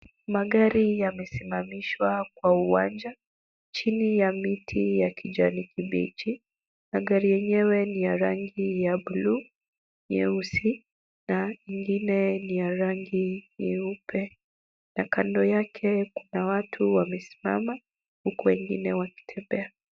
Magari yamesimamishwa kwa uwanja, chini ya miti ya kijani kibichi. Na gari yenyewe ni ya rangi ya bluu, nyeusi, na ingine ni ya rangi nyeupe. Na kando yake kuna watu wamesimama, huku wengine wakitembea.